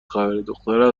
خبرهدختره